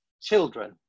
children